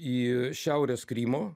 į šiaurės krymo